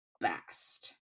best